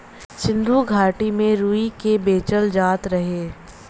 सिन्धु घाटी में रुई के बेचल जात रहे